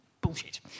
bullshit